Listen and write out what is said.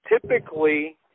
typically